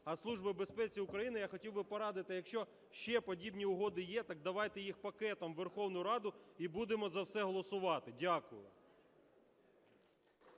А Службі безпеки України я хотів би порадити, якщо ще подібні угоди є, так давайте їх пакетом у Верховну Раду, і будемо за все голосувати. Дякую.